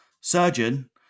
Surgeon